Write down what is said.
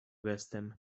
gestem